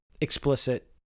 explicit